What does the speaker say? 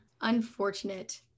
unfortunate